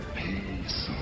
peace